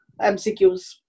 mcqs